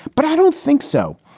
but i don't think so.